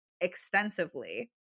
extensively